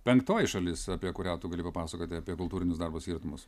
penktoji šalis apie kurią tu gali papasakoti apie kultūrinius darbo skirtumus